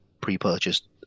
pre-purchased